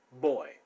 boy